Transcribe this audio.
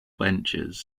benches